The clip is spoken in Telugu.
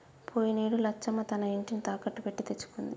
పోయినేడు లచ్చమ్మ తన ఇంటిని తాకట్టు పెట్టి తెచ్చుకుంది